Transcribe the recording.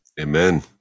Amen